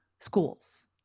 Schools